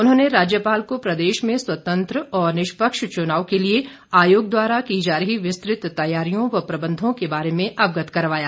उन्होंने राज्यपाल को प्रदेश में स्वतंत्र और निष्पक्ष चुनाव के लिए आयोग द्वारा की जा रही विस्तृत तैयारियों व प्रबंधों के बारे में अवगत करवाया